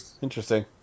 interesting